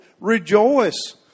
Rejoice